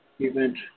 Event